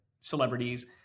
celebrities